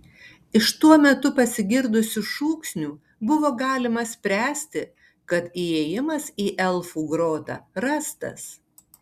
iš tuo metu pasigirdusių šūksnių buvo galima spręsti kad įėjimas į elfų grotą rastas